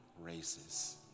races